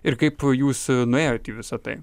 ir kaip jūs nuėjot į visa tai